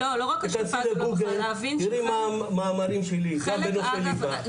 תיכנסי לגוגל תראי מאמרים שלי גם בנושא ליבה.